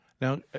Now